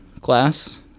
class